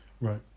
Right